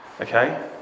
Okay